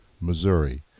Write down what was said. Missouri